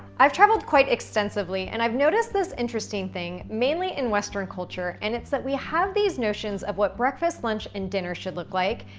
i've traveled quite extensively, and i've noticed this interesting thing, mainly in western culture. and it's that we have these notions of what breakfast, lunch, and dinner should look like,